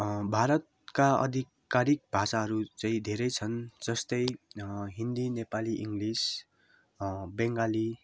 भारतका आधिकारिक भाषाहरू चाहिँ धेरै छन् जस्तै हिन्दी नेपाली इङ्गलिस बङ्गाली